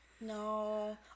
No